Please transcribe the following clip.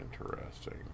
interesting